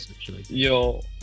Yo